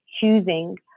choosing